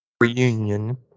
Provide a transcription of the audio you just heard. reunion